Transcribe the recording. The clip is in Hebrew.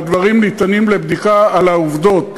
והדברים ניתנים לבדיקה על העובדות,